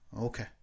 Okay